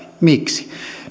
miksi